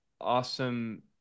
awesome